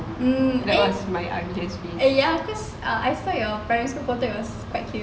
mm eh ya cause I saw your primary school photo that was quite cute